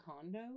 condo